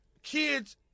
Kids